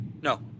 No